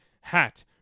hat